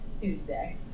Tuesday